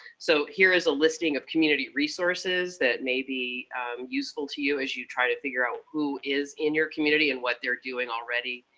so here is a listing of community resources that may be useful to you as you try to figure out who is in your community and what they're doing already,